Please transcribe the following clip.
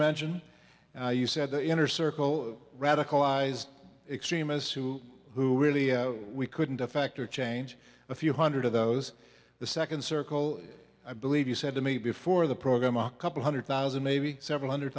mention now you said the inner circle radicalized extremists who who really we couldn't a factor change a few hundred of those the second circle i believe you said to me before the program a couple hundred thousand maybe several hundred